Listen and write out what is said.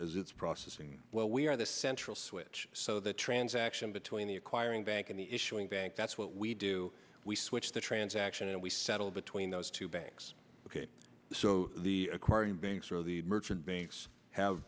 processing well we are the central switch so the transaction between the acquiring bank and the issuing bank that's what we do we switch the transaction and we settle between those two banks ok so the acquiring banks or the merchant banks have